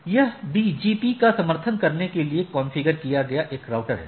यह BGP का समर्थन करने के लिए कॉन्फ़िगर किया गया एक राउटर है